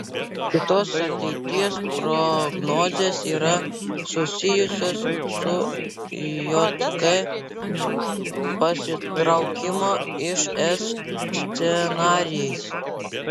kitos ateities prognozės yra susijusios su jk pasitraukimo iš es scenarijais